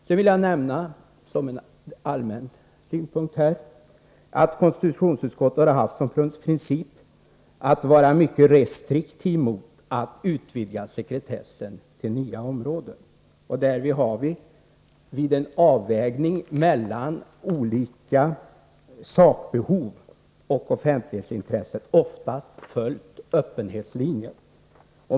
Jag vill också som en allmän synpunkt nämna att konstitutionsutskottet har haft som princip att vara mycket restriktivt emot att utvidga sekretessen till nya områden. Därvid har vi vid en avvägning mellan olika sakbehov och offentlighetsintresset oftast följt öppenhetslinjen.